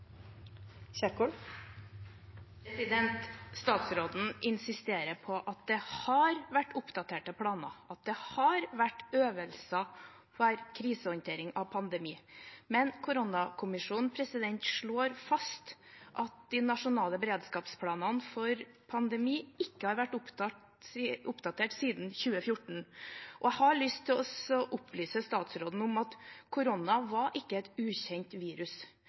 Statsråden insisterer på at det har vært oppdaterte planer, og at det har vært øvelser for krisehåndtering av en pandemi, men koronakommisjonen slår fast at de nasjonale beredskapsplanene for pandemi ikke har vært oppdatert siden 2014. Jeg har lyst til å opplyse statsråden om at korona ikke var et ukjent virus.